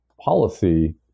policy